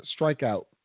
strikeout